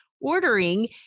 ordering